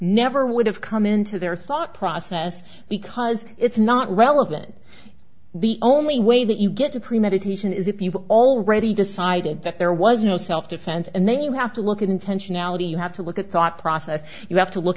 never would have come into their thought process because it's not relevant the only way that you get to premeditation is if you've already decided that there was no self defense and then you have to look at intentionality you have to look at thought process you have to look